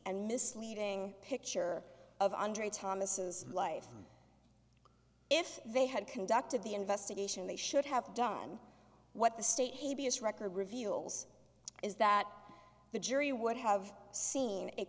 and misleading picture of andrea thomas life if they had conducted the investigation they should have done what the state a b s record reveals is that the jury would have seen